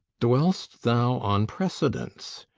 dwelst thou on precedents?